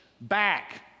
back